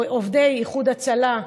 עובדי איחוד הצלה,